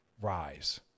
rise